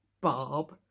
Bob